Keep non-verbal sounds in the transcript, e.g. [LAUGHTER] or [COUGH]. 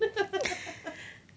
[LAUGHS]